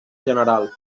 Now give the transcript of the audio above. general